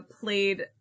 played